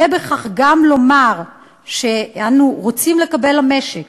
יהיה בכך גם לומר שאנו רוצים לקבל למשק